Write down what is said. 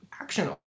action